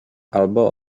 albo